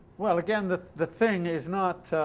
well, again, the the thing is not,